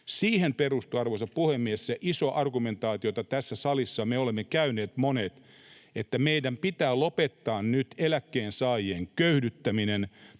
Siihen perustuu, arvoisa puhemies, se iso argumentaatio, jota tässä salissa me monet olemme käyneet, että meidän pitää lopettaa nyt eläkkeensaajien köyhdyttäminen